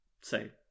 say